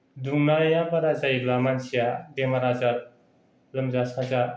दुंनाया बारा जायोब्ला मानसिया बेमार आजार लोमजा साजा